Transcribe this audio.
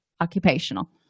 occupational